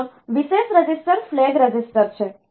અન્ય વિશેષ register flag register છે